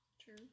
True